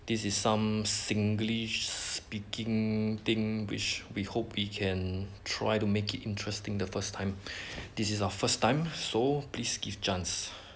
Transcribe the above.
this is some singlish speaking thing which we hope we can try to make it interesting the first time this is our first time so please give chance